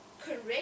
correct